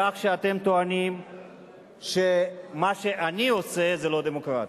בכך שאתם טוענים שמה שאני עושה זה לא דמוקרטי.